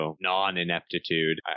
non-ineptitude